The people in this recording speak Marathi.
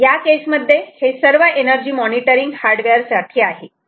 या केसमध्ये हे सर्व एनर्जी मॉनिटरिंग हार्डवेअर साठी आहे